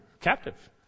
Captive